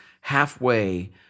halfway